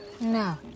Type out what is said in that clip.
No